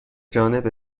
جانب